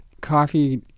coffee